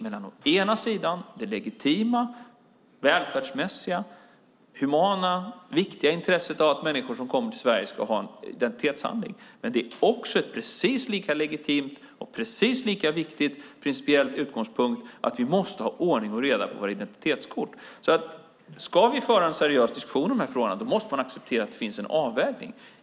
Det är å ena sidan det legitima, välfärdsmässiga, humana och viktiga intresset av att människor som kommer till Sverige ska ha en identitetshandling. Det är å andra sidan, vilket är en precis lika legitim och viktig principiell utgångspunkt, att vi måste ha ordning och reda på våra identitetskort. Ska vi föra en seriös diskussion om de här frågorna måste man acceptera att det finns en avvägning.